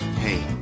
Hey